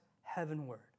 heavenward